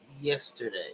yesterday